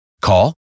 Call